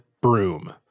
broom